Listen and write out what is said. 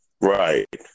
Right